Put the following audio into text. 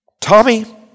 Tommy